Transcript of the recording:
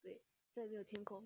对这天空